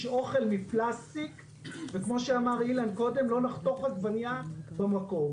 אוכל מפלסטיק ולא נחתוך עגבנייה במקום.